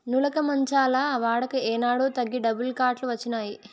నులక మంచాల వాడక ఏనాడో తగ్గి డబుల్ కాట్ లు వచ్చినాయి